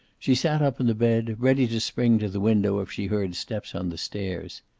she sat up in the bed, ready to spring to the window if she heard steps on the stairs.